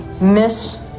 Miss